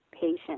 patient